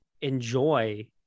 enjoy